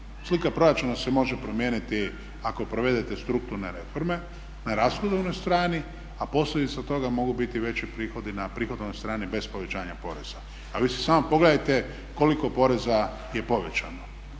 Slika proračuna se može promijeniti ako provedete strukturne reforme na rashodovnoj strani, a posljedica toga mogu biti veći prihodi na prihodovnoj strani bez povećanja poreza. A vi si samo pogledajte koliko poreza je povećano